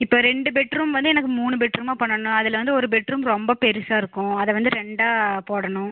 இப்போ ரெண்டு பெட்ரூம் வந்து எனக்கு மூணு பெட் ரூமாக பண்ணனும் அதில் வந்து ஒரு பெட் ரூம் ரொம்ப பெருசாக இருக்கும் அதை வந்து ரெண்டாக போடணும்